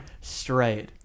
straight